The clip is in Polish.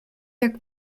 jak